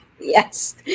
Yes